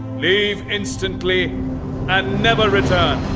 leave instantly and never return.